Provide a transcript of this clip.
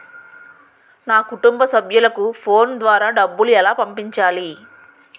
నా కుటుంబ సభ్యులకు ఫోన్ ద్వారా డబ్బులు ఎలా పంపించాలి?